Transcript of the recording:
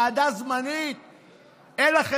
ועדה זמנית.